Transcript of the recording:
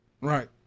Right